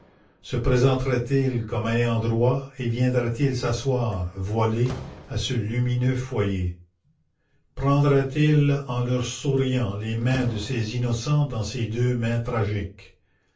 se présenterait il là comme ayant droit et viendrait-il s'asseoir voilé à ce lumineux foyer prendrait-il en leur souriant les mains de ces innocents dans ses deux mains tragiques